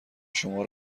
شما